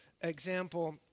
example